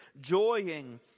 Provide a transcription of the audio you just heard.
joying